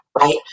right